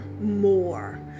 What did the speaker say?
more